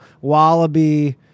wallaby